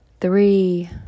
three